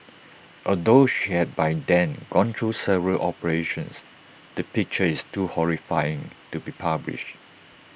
although she had by then gone through several operations the picture is too horrifying to be published